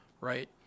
right